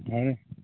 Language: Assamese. হয়